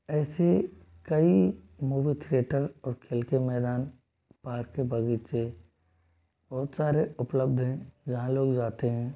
ऐसे कई movie theatre और खेल के मैदान पार्क के बगीचे बहुत सारे उपलब्ध हैं जहाँ लोग जाते हैं